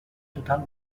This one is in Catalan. total